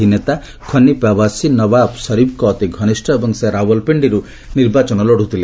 ଏହି ନେତା ଖନିଫ ଆବାସୀ ନବାବ ସରିଫଙ୍କ ଅତି ଘନିଷ୍ଠ ଏବଂ ସେ ରାଓ୍ୱଲପିଣ୍ଡିରୁ ନିର୍ବାଚନ ଲଢ଼ୁଥିଲେ